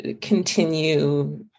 continue